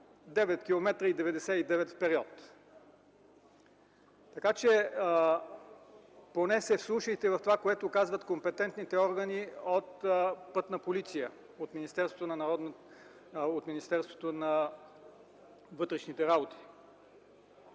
и 99 в период. Поне се вслушайте в това, което казват компетентните органи от „Пътна полиция” от Министерството на вътрешните работи.